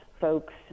folks